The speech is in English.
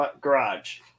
garage